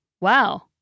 wow